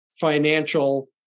financial